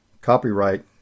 Copyright